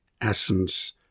essence